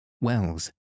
wells